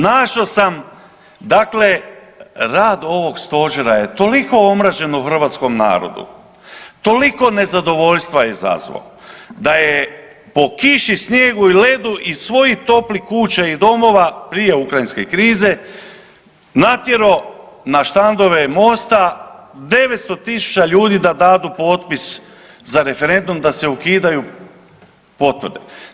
Našao sam dakle rad ovog Stožera je toliko omražen u hrvatskom narodu, toliko je nezadovoljstva je izazvao, da je po kiši, snijegu i ledu, iz svojih toplih kuća i domova prije ukrajinske krize natjerao na štandove MOST-a 900 tisuća ljudi da dadu potpis za referendum da se ukidaju potvrde.